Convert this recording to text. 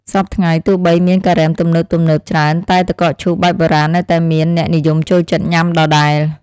សព្វថ្ងៃទោះបីមានការ៉េមទំនើបៗច្រើនតែទឹកកកឈូសបែបបុរាណនៅតែមានអ្នកនិយមចូលចិត្តញ៉ាំដដែល។